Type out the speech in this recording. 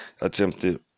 Attempted